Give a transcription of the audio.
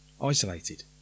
isolated